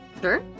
Sure